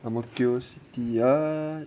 ang mo kio city ah